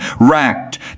racked